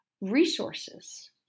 resources